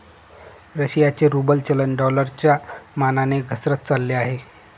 रशियाचे रूबल चलन डॉलरच्या मानाने घसरत चालले आहे